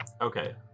Okay